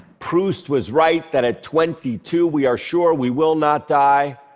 proust was right that at twenty two, we are sure we will not die,